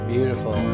beautiful